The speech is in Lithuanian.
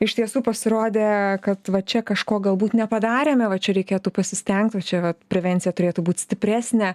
iš tiesų pasirodė kad va čia kažko galbūt nepadarėme va čia reikėtų pasistengt čia vat prevencija turėtų būt stipresnė